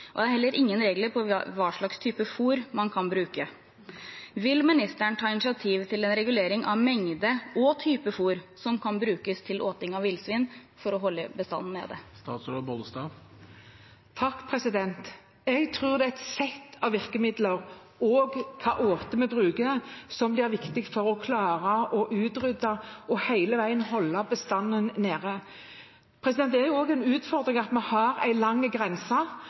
Det er heller ingen regler for hvilke typer fôr man kan bruke. Vil ministeren ta initiativ til en regulering av mengde og type fôr som kan brukes til åting av villsvin for å holde bestanden nede? Jeg tror det er et sett av virkemidler og hvilken åte vi bruker, som er viktig for å klare å potensielt utrydde og hele veien holde bestanden nede. Det er også en utfordring at vi har en lang